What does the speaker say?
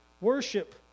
Worship